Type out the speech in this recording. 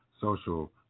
social